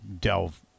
delve